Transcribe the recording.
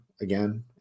again